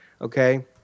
okay